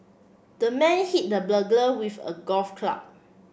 the man hit the burglar with a golf club